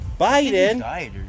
Biden